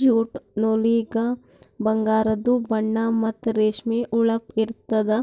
jute ನೂಲಿಗ ಬಂಗಾರದು ಬಣ್ಣಾ ಮತ್ತ್ ರೇಷ್ಮಿ ಹೊಳಪ್ ಇರ್ತ್ತದ